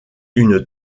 une